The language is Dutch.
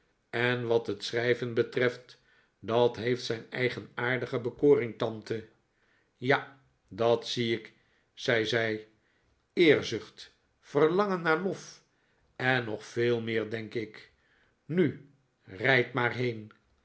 en wat het schrijven betreft dat heeft zijn eigenaardige bekoring tante ja dat zie ik zei zij eerzucht verlangen naar lof en nog veel meer denk ik nu rijd maar heen